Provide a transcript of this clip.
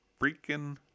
freaking